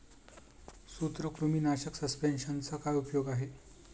सूत्रकृमीनाशक सस्पेंशनचा काय उपयोग आहे?